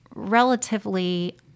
relatively